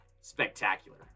spectacular